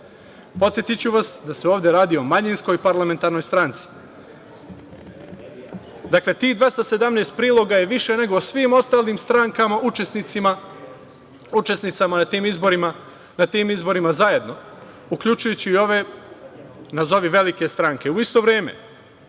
kampanje. Podsetiću vas da se ovde radi o manjinskoj parlamentarnoj stranci. Dakle, tih 217 priloga je više nego o svim ostalim strankama učesnicama na tim izborima zajedno, uključujući i ove nazovi velike stranke. U isto vreme,